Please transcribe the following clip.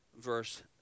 verse